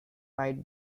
might